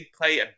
play